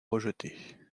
rejetée